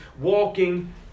walking